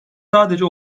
sadece